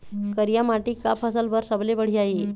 करिया माटी का फसल बर सबले बढ़िया ये?